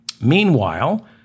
Meanwhile